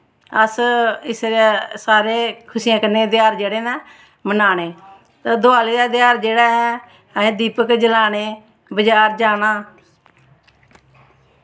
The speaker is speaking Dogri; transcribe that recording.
अस इसलेई सारे खुशियें कन्नै तेहार जेह्ड़े न मनान्ने ते देयाली दा तेहार जेह्ड़ा ऐ असें दीपक जलाने बज़ार जाना